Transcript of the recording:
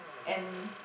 and